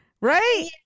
Right